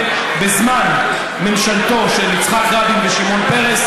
זמן ממשלתם של יצחק רבין ושמעון פרס,